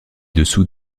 dessous